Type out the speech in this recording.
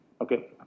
okay